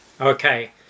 Okay